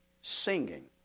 singing